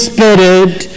Spirit